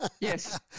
Yes